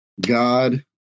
God